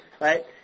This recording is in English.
Right